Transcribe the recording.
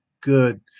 good